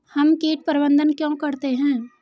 हम कीट प्रबंधन क्यों करते हैं?